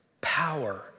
power